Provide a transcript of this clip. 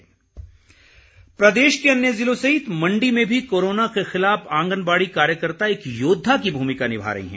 Covid योद्वा प्रदेश के अन्य जिलों सहित मण्डी में भी कोरोना के खिलाफ आंगनबाड़ी कार्यकर्ता एक योद्धा की भूमिका निभा रही हैं